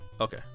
Okay